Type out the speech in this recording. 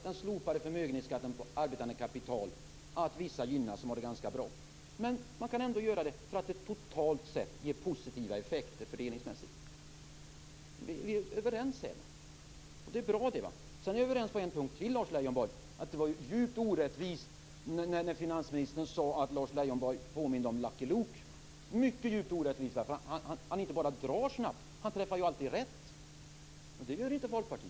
Den slopade förmögenhetsskatten på arbetande kapital medför att vissa gynnas som har det ganska bra, men man kan ändå göra det därför att det ger totalt sett positiva effekter fördelningsmässigt. Vi är överens här, och det är bra. Vi är överens på en punkt till, och det är att det var djupt orättvist när finansministern sade att Lars Leijonborg påminde om Lucky Luke. Det var mycket orättvist. Lucky Luke inte bara drar snabbt utan träffar också alltid rätt. Det gör inte Folkpartiet.